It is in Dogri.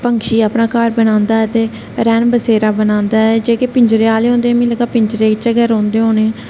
पक्षी अपना घार बनांदा ऐ ते रैहन बसेरा बनांदा ऐ जेहके पिंजरे आहले होंदे मिगी लगदा पिंजरे च रौंहदे होने